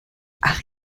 ach